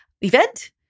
event